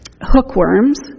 hookworms